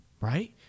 right